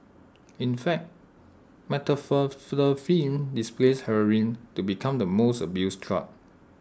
in fact methamphetamine displaced heroin to become the most abused drug